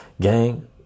Gang